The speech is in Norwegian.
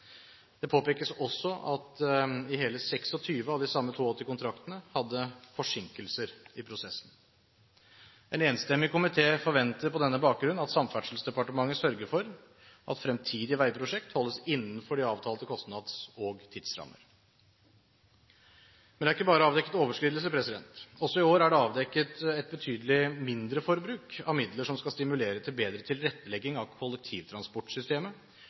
Det påpekes også at hele 26 av de samme 82 kontraktene hadde forsinkelser i prosjektene. En enstemmig komité forventer på denne bakgrunn at Samferdselsdepartementet sørger for at fremtidige veiprosjekter holdes innenfor de avtalte kostnads- og tidsrammer. Men det er ikke bare avdekket overskridelser. Også i år er det avdekket et betydelig mindre forbruk av midler som skal stimulere til bedre tilrettelegging av kollektivtransportsystemet,